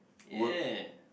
ya